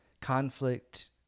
conflict